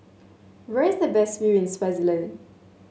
where is the best view in Swaziland